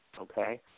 okay